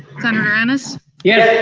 senator ennis? yes.